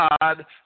God